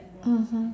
mmhmm